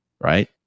right